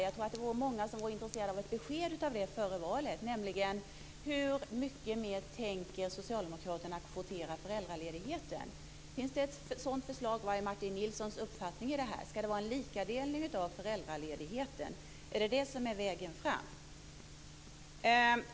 Jag tror att det är många som vore intresserade av ett besked före valet om hur mycket mer Socialdemokraterna tänker kvotera föräldraledigheten. Finns det ett sådant förslag? Vad är Martin Nilssons uppfattning om det hela? Ska det vara en likadelning av föräldraledigheten? Är det det som är vägen fram?